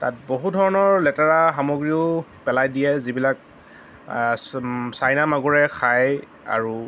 তাত বহু ধৰণৰ লেতেৰা সামগ্ৰীও পেলাই দিয়ে যিবিলাক চাইনা মাগুৰে খায় আৰু